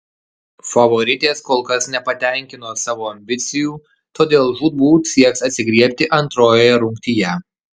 favoritės kol kas nepatenkino savo ambicijų todėl žūtbūt sieks atsigriebti antrojoje rungtyje